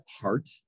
heart